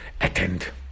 attend